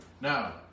Now